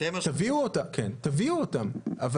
תביאו אותם.